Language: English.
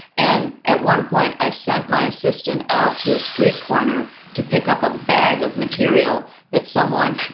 and at one point i sent my assistant out to a street corner to pick up a bag of material that someone